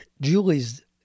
Julie's